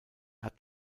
hat